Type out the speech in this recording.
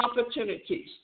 opportunities